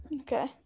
Okay